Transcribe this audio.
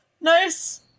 nice